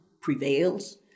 prevails